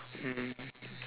mm